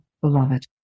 beloved